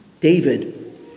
David